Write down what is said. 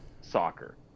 soccer